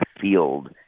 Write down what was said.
field